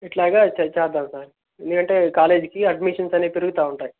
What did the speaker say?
ఇట్లాగ చే చేద్దాం సార్ ఎందుకంటే కాలేజికి అడ్మిషన్స్ అనేవి పెరుగుతా ఉంటాయి